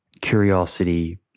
Curiosity